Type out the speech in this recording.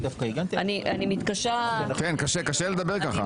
אני מתקשה לדבר,